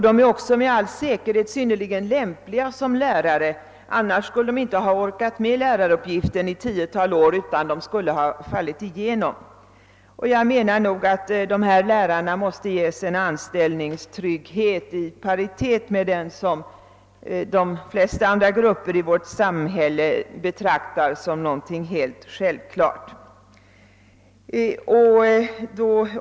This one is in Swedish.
De är också med all säkerhet synnerligen lämpliga som lärare — annars skulle de inte ha orkat med läraruppgiften i ett tiotal år utan skulle ha fallit igenom. Dessa lärare måste enligt mitt förmenande ges en anställningstrygghet i paritet med den som de flesta andra grupper i vårt samhälle betraktar som någonting helt självklart.